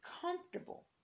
comfortable